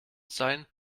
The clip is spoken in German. sein